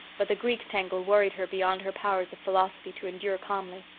but the greek tangle worried her beyond her powers of philosophy to endure calmly.